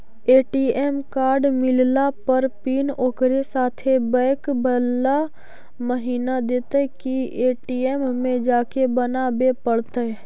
ATM card मिलला पर pin ओकरे साथे बैक बाला महिना देतै कि ए.टी.एम में जाके बना बे पड़तै?